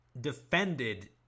defended